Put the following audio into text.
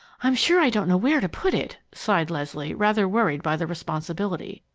i'm sure i don't know where to put it! sighed leslie, rather worried by the responsibility.